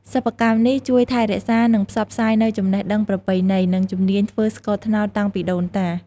សិប្បកម្មនេះបានជួយថែរក្សា និងផ្សព្វផ្សាយនូវចំណេះដឹងប្រពៃណី និងជំនាញធ្វើស្ករតាំងពីដូនតា។